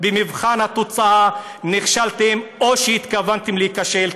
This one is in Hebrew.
במבחן התוצאה נכשלתם, או שהתכוונתם להיכשל.